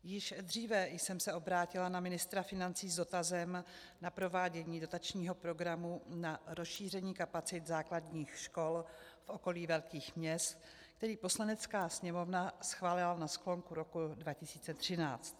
Již dříve jsem se obrátila na ministra financí s dotazem na provádění dotačního programu na rozšíření kapacit základních škol v okolí velkých měst, který Poslanecká sněmovna schválila na sklonku roku 2013.